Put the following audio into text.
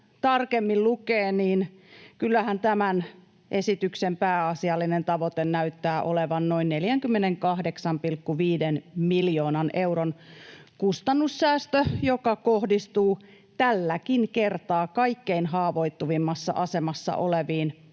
tarkemmin lukee, niin kyllähän tämän esityksen pääasiallinen tavoite näyttää olevan noin 48,5 miljoonan euron kustannussäästö, joka kohdistuu tälläkin kertaa kaikkein haavoittuvimmassa asemassa oleviin